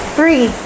Three